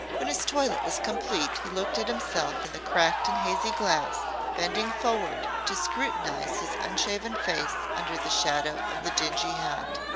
when his toilet was complete he looked at himself in the cracked and hazy glass, bending forward to scrutinize his unshaven face under the shadow of the dingy hat.